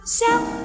self